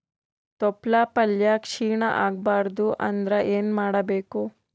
ತೊಪ್ಲಪಲ್ಯ ಕ್ಷೀಣ ಆಗಬಾರದು ಅಂದ್ರ ಏನ ಮಾಡಬೇಕು?